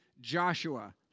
Joshua